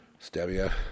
Stevia